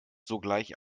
sogleich